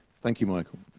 thank you, michael!